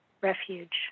refuge